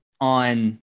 on